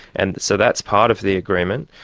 and so that's part of the agreement.